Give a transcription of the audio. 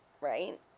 right